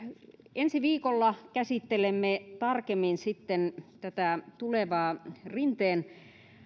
ensi viikolla käsittelemme tarkemmin sitten tätä tulevaa rinteen